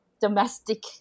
domestic